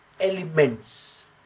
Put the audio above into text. elements